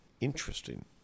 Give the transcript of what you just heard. interesting